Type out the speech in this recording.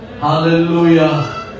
Hallelujah